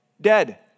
dead